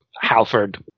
Halford